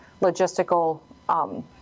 logistical